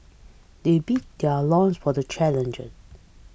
they beat their loins for the challenger